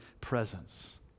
presence